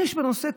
יש בנושא,